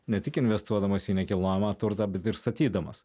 ne tik investuodamas į nekilnojamą turtą bet ir statydamas